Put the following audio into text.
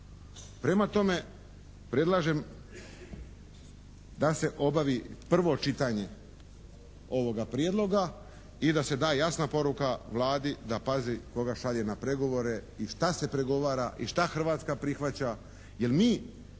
Prema tome, predlažem da se obavi prvo čitanje ovoga prijedloga i da se da jasna poruka Vladi da pazi koga šalje na pregovore i šta se pregovara i šta Hrvatska prihvaća jer mi